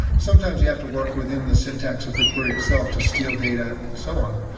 sometimes you have to work within the syntax of the query itself to steal data and so on.